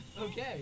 Okay